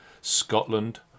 Scotland